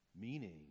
Meaning